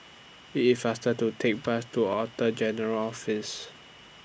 IT IS faster to Take Bus to General's Office